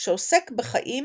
שעוסק בחיים